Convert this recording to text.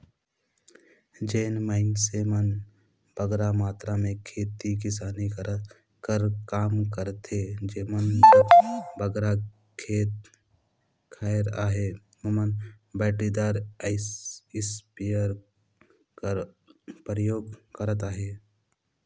जेन मइनसे मन बगरा मातरा में खेती किसानी कर काम करथे जेमन जग बगरा खेत खाएर अहे ओमन बइटरीदार इस्पेयर कर परयोग करत अहें